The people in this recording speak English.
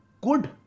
good